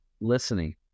listening